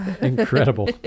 incredible